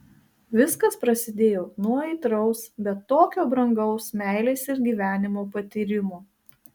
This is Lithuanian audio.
viskas prasidėjo nuo aitraus bet tokio brangaus meilės ir gyvenimo patyrimo